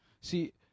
See